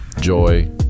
joy